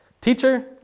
Teacher